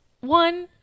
one